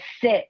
sit